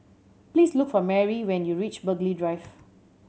please look for Marry when you reach Burghley Drive